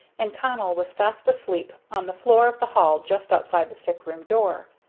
and connell was fast asleep on the floor of the hall just outside the sick-room door.